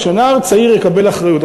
כשנער צעיר יקבל אחריות,